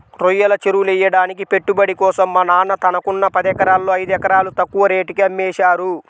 రొయ్యల చెరువులెయ్యడానికి పెట్టుబడి కోసం మా నాన్న తనకున్న పదెకరాల్లో ఐదెకరాలు తక్కువ రేటుకే అమ్మేశారు